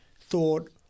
thought